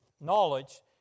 knowledge